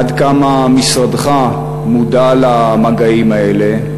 עד כמה משרדך מודע למגעים האלה?